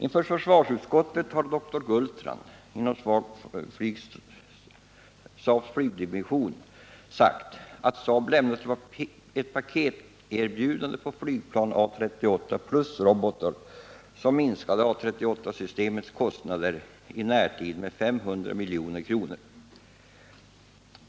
Inför försvarsutskottet har doktor Gullstrand, Saab:s flygdivision, sagt att Saab lämnat ett paketerbjudande på flygplan A 38 plus robotar som minskade A 38-systemets kostnader i närtid med 500 milj.kr.